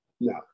No